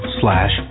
slash